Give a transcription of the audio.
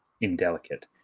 indelicate